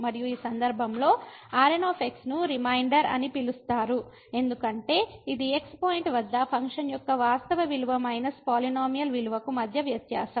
మరియు ఈ సందర్భంలో Rn ను రిమైండర్ అని పిలుస్తారు ఎందుకంటే ఇది x పాయింట్ వద్ద ఫంక్షన్ యొక్క వాస్తవ విలువ మైనస్ పాలినోమియల్ విలువకు మధ్య వ్యత్యాసం